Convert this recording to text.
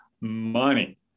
money